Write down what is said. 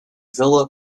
villa